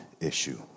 issue